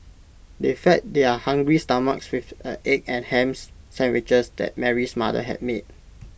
they fed their hungry stomachs with the egg and hams sandwiches that Mary's mother had made